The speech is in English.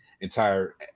entire